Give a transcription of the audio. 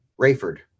Rayford